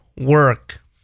work